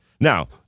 Now